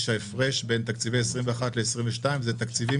הפער בין תקציבי 2021 ל-2022 הוא בגלל תקציבים